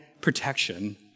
protection